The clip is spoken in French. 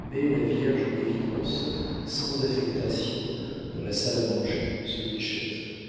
mets la vierge en évidence sans affectation dans la salle à manger sur une chaise